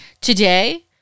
Today